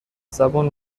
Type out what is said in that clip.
زبون